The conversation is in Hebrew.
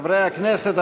חברי הכנסת,